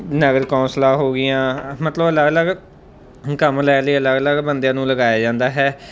ਨਗਰ ਕੌਂਸਲਾਂ ਹੋ ਗਈਆਂ ਮਤਲਬ ਅਲੱਗ ਅਲੱਗ ਕੰਮ ਲੈਣ ਲਈ ਅਲੱਗ ਅਲੱਗ ਬੰਦਿਆਂ ਨੂੰ ਲਗਾਇਆ ਜਾਂਦਾ ਹੈ